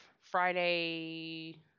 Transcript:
Friday